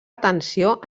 atenció